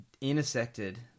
intersected